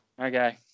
okay